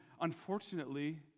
unfortunately